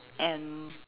and